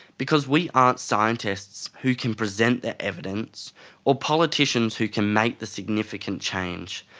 because we aren't scientists who can present the evidence or politicians who can make the significant change.